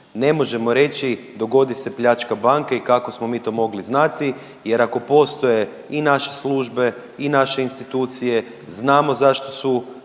Ne možemo reći dogodi se pljačka banke i kako smo mi to mogli znati, jer ako postoje i naše službe i naše institucije znamo zašto su